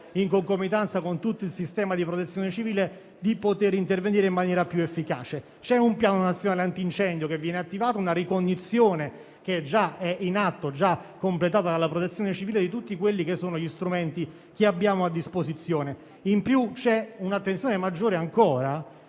in concomitanza con tutto il sistema di Protezione civile, intervenire in maniera più efficace. C'è un Piano nazionale antincendio che viene attivato, una ricognizione che già è in atto, completata dalla Protezione civile, di tutti gli strumenti che abbiamo a disposizione. In più, viene data un'attenzione ancora